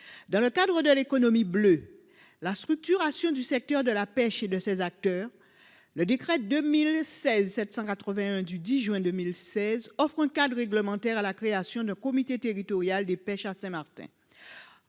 dans le cadre de l'économie bleue, la structuration du secteur de la pêche et de ses acteurs, le décret 2016, 781 du 10 juin 2016 offre un cadre réglementaire à la création de comité territorial des pêches à Saint-Martin